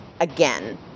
again